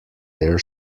their